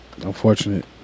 Unfortunate